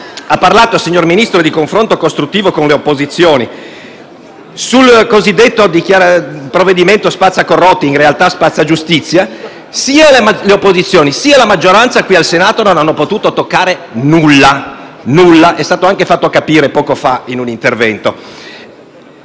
ha parlato di confronto costruttivo con le opposizioni. Sul cosiddetto provvedimento spazza corrotti (in realtà spazza giustizia), sia le opposizioni sia la maggioranza in Senato non hanno potuto modificare nulla e questo è stato anche fatto capire poco fa in un intervento.